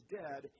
dead